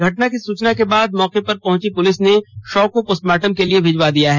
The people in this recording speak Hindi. घटना की सूचना के बाद मौके पर पहुंची पुलिस ने शव को पोस्टमॉर्टम के लिए भिजवा दिया है